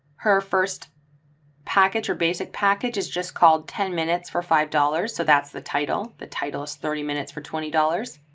her first package or basic package is just called ten minutes for five dollars. so that's the title, the title is thirty minutes for twenty dollars.